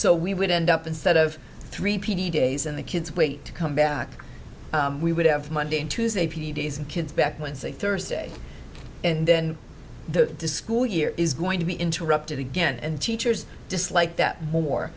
so we would end up instead of three p d days and the kids wait to come back we would have monday and tuesday p d s and kids back when say thursday and then the school year is going to be interrupted again and teachers dislike that more